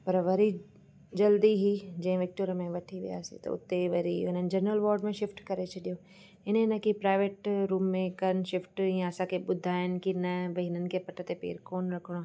पर वरी जल्दी ई जै विक्टोरिया में वठी वियासीं त हुते वरी उन्हनि जनरल वॉर्ड में शिफ्ट करे छॾियो इन इन खे प्राइवेट रूम में कनि शिफ्ट या असांखे ॿुधाइनि की न भई हिननि खे पट ते पेर कोन रखिणो आहे